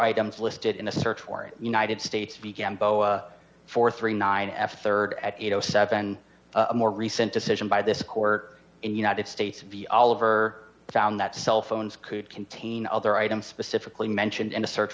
items listed in a search warrant united states began bow for thirty nine f a rd at eight o seven a more recent decision by this court in united states v oliver found that cell phones could contain other items specifically mentioned in a search